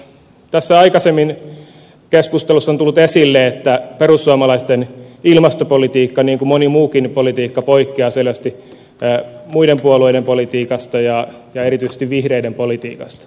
tässä keskustelussa on aikaisemmin tullut esille että perussuomalaisten ilmastopolitiikka niin kuin moni muukin politiikka poikkeaa selvästi muiden puolueiden politiikasta ja erityisesti vihreiden politiikasta